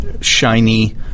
shiny